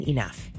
Enough